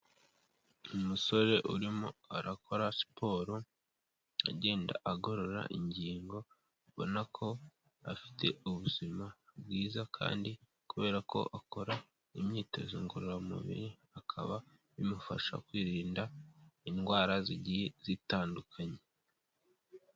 Umusore urimo arakora siporo agenda agorora ingingo, ubona ko afite ubuzima bwiza kandi kubera ko akora imyitozo ngororamubiri, akaba bimufasha kwirinda indwara zigiye zitandukanye.